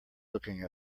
looking